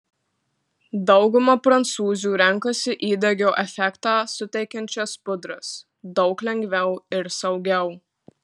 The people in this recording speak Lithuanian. dauguma prancūzių renkasi įdegio efektą suteikiančias pudras daug lengviau ir saugiau